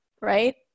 right